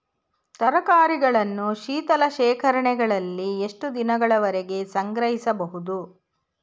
ತರಕಾರಿಗಳನ್ನು ಶೀತಲ ಶೇಖರಣೆಗಳಲ್ಲಿ ಎಷ್ಟು ದಿನಗಳವರೆಗೆ ಸಂಗ್ರಹಿಸಬಹುದು?